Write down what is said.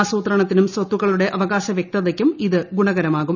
ആസൂത്രണത്തിനും സ്വത്തുക്കളുടെ അവകാശ വ്യക്തതയ്ക്കും ഇത് ഗുണകരമാകും